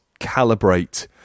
calibrate